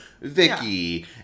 Vicky